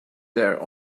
there